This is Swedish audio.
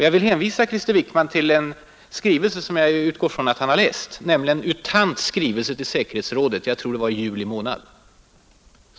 Jag vill hänvisa Krister Wickman till en skrivelse som jag utgår från att han har läst, nämligen U Thants memorandum avsänt till säkerhetsrådet i juli månad.